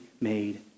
made